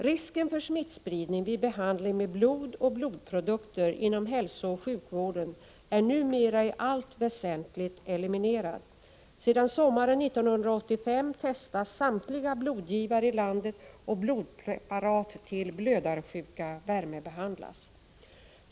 Risken för smittspridning vid behandling med blod och blodprodukter inom hälsooch sjukvården är numera i allt väsentligt eliminerad. Sedan sommaren 1985 testas samtliga blodgivare i landet, och blodpreparat till blödarsjuka värmebehandlas.